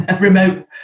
remote